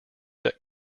that